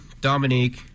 Dominique